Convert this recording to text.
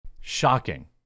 shocking